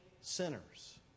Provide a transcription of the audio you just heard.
sinners